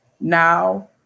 now